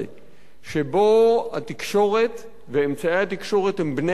שבו התקשורת ואמצעי התקשורת הם בני-ערובה,